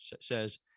says